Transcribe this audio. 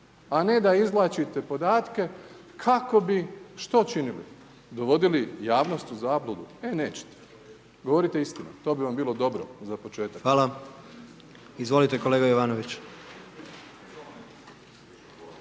a ne da izvlačite podatke kako bi što činili? Dovodili javnost u zabludu? E nećete. Govorite istinu, to bi vam bilo dobro za početak. **Jandroković,